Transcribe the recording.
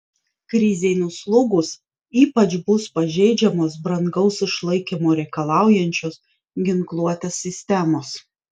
krizei nuslūgus ypač bus pažeidžiamos brangaus išlaikymo reikalaujančios ginkluotės sistemos